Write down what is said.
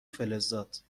فلزات